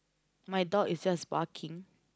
my dog is just barking